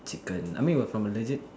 chicken I mean were from the legit